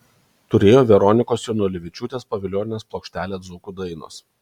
turėjo veronikos janulevičiūtės povilionienės plokštelę dzūkų dainos